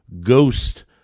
ghost